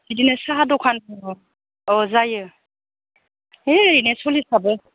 बिदिनो साहा दखान दङ औ जायो है ओरैनो सलिसाबो